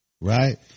right